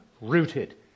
Rooted